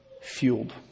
fueled